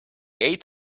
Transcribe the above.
eight